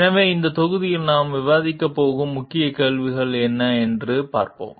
எனவே இந்த தொகுதியில் நாம் விவாதிக்கப் போகும் முக்கிய கேள்விகள் என்ன என்று பார்ப்போம்